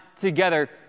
together